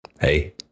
Hey